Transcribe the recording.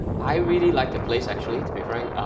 i really like the place actually, to be frank.